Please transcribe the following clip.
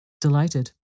Delighted